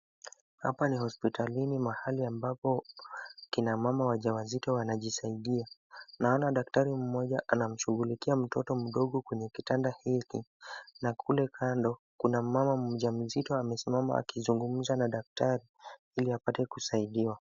Hapa ni hospitalini mahali ambapo akina mama wajawazito wanajisaidia, naona daktari mmoja anamshughulikia mtoto mdogo kwenye kitanda hiki na kule kando kuna mama mjamzito amesimama akizungumza na daktari ili apate kusaidiwa.